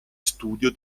studio